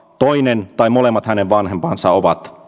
toinen tai molemmat hänen vanhempansa ovat